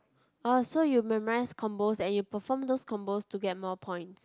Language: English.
ah so you memorise combos and you perform those combos to get more points